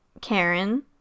Karen